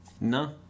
no